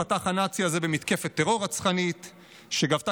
פתח הנאצי הזה במתקפת טרור רצחנית שגבתה